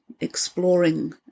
exploring